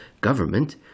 government